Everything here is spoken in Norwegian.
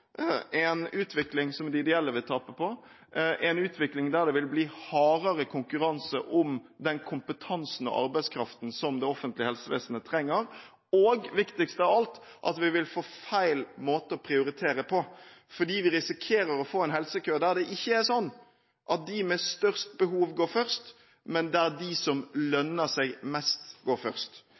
en utvikling som de ideelle vil tape på, en utvikling der det vil bli hardere konkurranse om den kompetansen og arbeidskraften som det offentlige helsevesenet trenger og – viktigst av alt – at vi vil få feil måte å prioritere på fordi vi risikerer å få en helsekø der det ikke er slik at de med størst behov går først, men der de som lønner seg mest, går først.